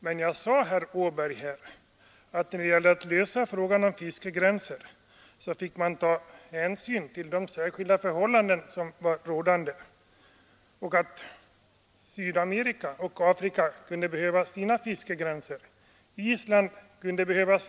Men, herr Åberg, jag sade att när det gäller att lösa frågan om fiskegränser fick man ta hänsyn till de särskilda förhållanden som var rådande och att Sydamerika och Afrika kunde behöva sina fiskegränser, Island kunde behöva sin.